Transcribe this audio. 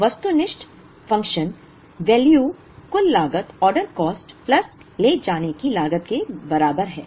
तो वस्तुनिष्ठ function value कुल लागत ऑर्डर कॉस्ट प्लस ले जाने की लागत के बराबर है